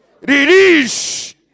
release